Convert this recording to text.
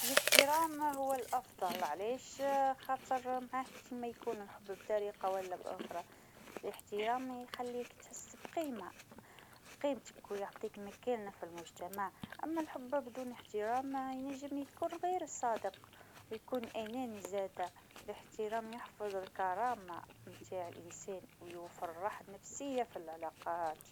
كل واحد عنده أهميته، لكن شخصيًا، الاحترام أساسي. الحب جميل، لكن بلا احترام، يمكن يتحول لحب غير صحي. الاحترام يعطي قيمة للعلاقات، ويخليها متينة. من غير احترام، حتى الحب ما ينجم يدوم.